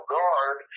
Guard